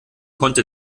konnte